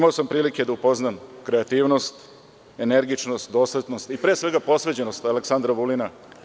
Imao sam prilike da upoznam kreativnost, energičnost, doslednost i pre svega posvećenost Aleksandra Vulina…